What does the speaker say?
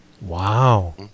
wow